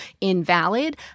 invalid